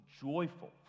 joyful